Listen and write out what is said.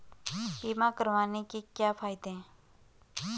बीमा करवाने के क्या फायदे हैं?